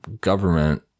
government